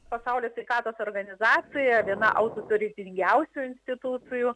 pasaulio sveikatos organizacija viena autoritetingiausių institucijų